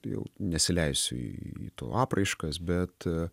jau nesileisiu į tų apraiškas bet